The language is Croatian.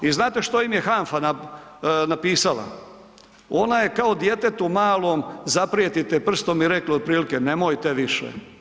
I znate što im je HANFA napisala, ona je kao djetetu malo zaprijetite prstom i rekli otprilike nemojte više.